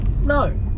No